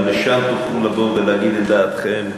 גם לשם תוכלו לבוא ולומר את דעתכם.